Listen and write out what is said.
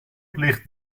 ligt